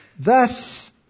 Thus